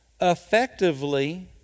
effectively